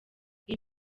iyi